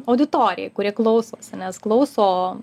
auditorijai kurie klausosi nes klauso